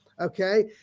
Okay